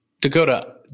Dakota